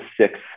six